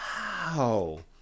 Wow